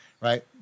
right